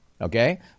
Okay